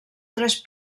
tres